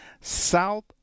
South